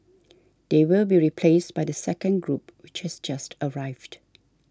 they will be replaced by the second group which has just arrived